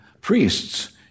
priests